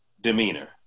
demeanor